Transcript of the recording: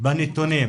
בנתונים